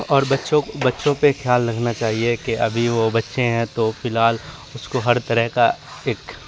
اور بچوں بچوں پہ خیال رکھنا چاہیے کہ ابھی وہ بچے ہیں تو فی الحال اس کو ہر طرح کا ایک